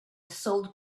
sold